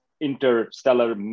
interstellar